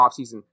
offseason